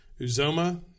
Uzoma